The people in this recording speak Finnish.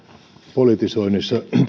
politisoinnista